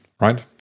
Right